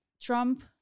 Trump